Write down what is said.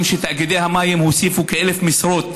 שתאגידי המים הוסיפו כ-1,000 משרות,